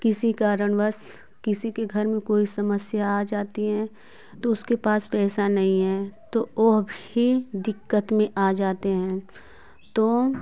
किसी कारणवश किसी के घर में कोई समस्या आ जाती है तो उसके पास पैसा नहीं है तो वह भी दिक्कत में आ जाते हैं तो